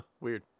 Weird